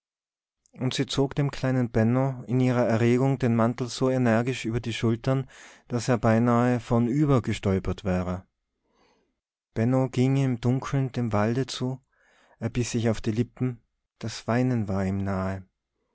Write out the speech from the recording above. und sie zog dem kleinen benno in ihrer erregung den mantel so energisch über die schultern daß er beinahe vornüber gestolpert wäre benno ging im dunkeln dem walde zu er biß sich auf die lippen das weinen war ihm nahe